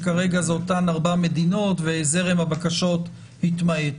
שכרגע זה אותן ארבע המדינות וזרם הבקשות התמעט,